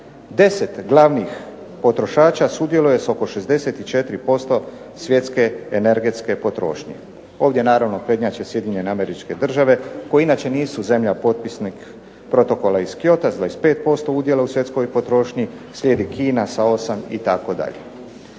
10 glavnih potrošača sudjeluje sa oko 64% svjetske energetske potrošnje. Ovdje naravno prednjače SAD koji inače nisu zemlja potpisnica Protokola iz Kyota s 25% udjela u svjetskoj potrošnji, slijedi Kina sa 8 itd.